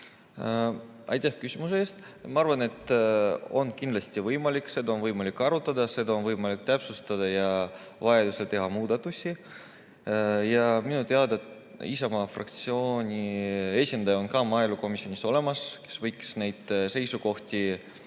Aitäh küsimuse eest! Ma arvan, et kindlasti on võimalik, seda on võimalik arutada, seda on võimalik täpsustada ja vajadusel teha muudatusi. Minu teada Isamaa fraktsiooni esindaja, kes võiks neid seisukohti